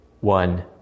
one